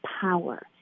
power